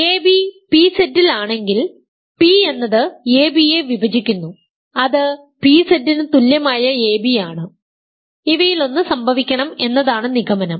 ab pZ ൽ ആണെങ്കിൽ p എന്നത് ab യെ വിഭജിക്കുന്നു അത് pZ ന് തുല്യമായ ab ആണ് ഇവയിലൊന്ന് സംഭവിക്കണം എന്നതാണ് നിഗമനം